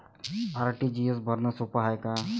RTGS भरनं सोप हाय का?